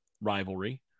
rivalry